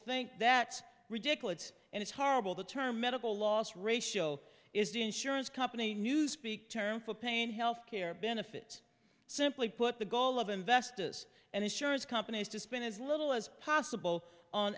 think that's ridiculous and it's horrible the term medical loss ratio is the insurance company newspeak term for pain health care benefits simply put the goal of investors and insurance companies to spend as little as possible on